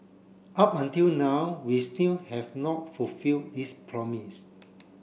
up until now we still have not fulfill this promise